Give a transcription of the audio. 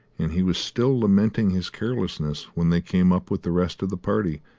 and he was still lamenting his carelessness when they came up with the rest of the party,